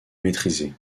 maîtrisé